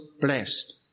blessed